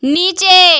নীচে